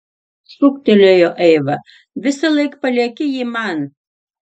šūktelėjo eiva visąlaik palieki jį man